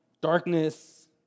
darkness